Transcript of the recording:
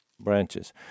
branches